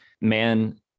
man